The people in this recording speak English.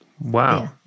Wow